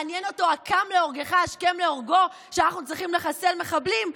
מעניין אותו הקם להורגו השכם להורגו כשאנחנו צריכים לחסל מחבלים?